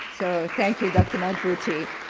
thank you, dr. madhubuti.